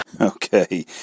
Okay